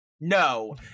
no